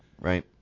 right